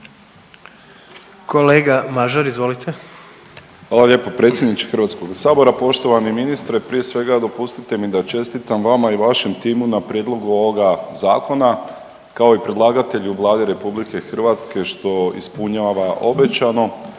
**Mažar, Nikola (HDZ)** Hvala lijepo predsjedniče Hrvatskoga sabora. Poštovani ministre prije svega dopustite mi da čestitam vama i vašem timu na prijedlogu ovoga zakona kao i predlagatelju Vladi RH što ispunjava obećano.